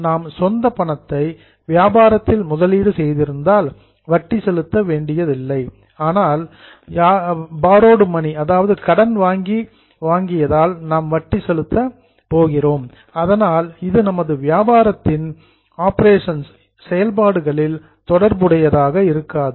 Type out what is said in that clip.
நாம் சொந்த பணத்தை வியாபாரத்தில் முதலீடு செய்திருந்தால் வட்டி செலுத்த வேண்டியதில்லை ஆனால் பாரோடு மணி கடன் வாங்கியதால் வட்டி செலுத்தப்படுகிறது அதனால் இது நமது வியாபாரத்தின் ஆபரேஷன்ஸ் செயல்பாடுகளில் தொடர்புடையதாக இருக்காது